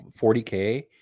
40k